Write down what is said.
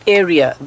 area